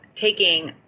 taking